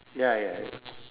ya ya ya